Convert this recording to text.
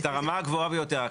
את הרמה הגבוהה ביותר.